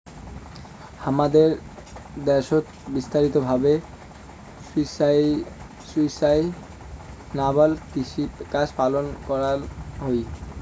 হামাদের দ্যাশোত বিস্তারিত ভাবে সুস্টাইনাবল কৃষিকাজ পালন করাঙ হই